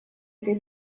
этой